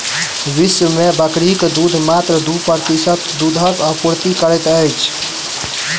विश्व मे बकरीक दूध मात्र दू प्रतिशत दूधक आपूर्ति करैत अछि